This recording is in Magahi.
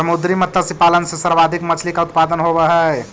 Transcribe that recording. समुद्री मत्स्य पालन से सर्वाधिक मछली का उत्पादन होवअ हई